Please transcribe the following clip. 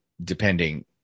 depending